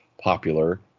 popular